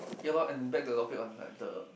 ya lor and back to the topic on like the